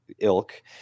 ilk